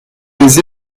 des